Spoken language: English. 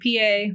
PA